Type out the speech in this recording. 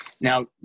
Now